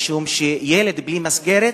משום שילד בלי מסגרת